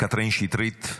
קטרין שטרית,